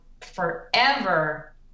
forever